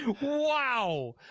wow